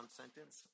sentence